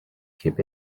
keep